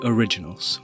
Originals